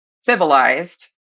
civilized